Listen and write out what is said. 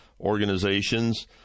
organizations